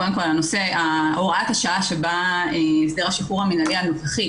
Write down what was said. קודם כל הוראת השעה שבה הסדר השחרור המינהלי הנוכחי